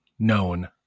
known